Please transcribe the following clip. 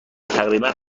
تقریبا